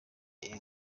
eng